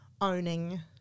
owning